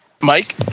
Mike